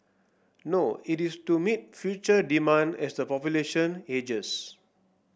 no it is to meet future demand as the population ages